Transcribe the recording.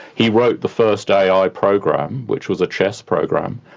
he wrote the first ai ai program, which was a chess program.